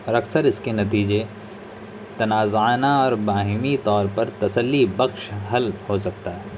اور اکثر اس کے نتیجے تنازعانہ اور باہمی طور پر تسلی بخش حل ہو سکتا ہے